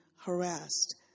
harassed